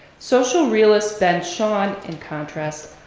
social realist ben shahn, in contrast,